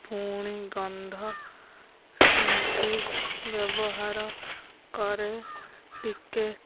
ପୁଣି ଗନ୍ଧ ଶୁଣ୍ଠି ବ୍ୟବହାର କରେ ଟିକିଏ